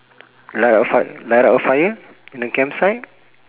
light a fi~ light a fire in the campsite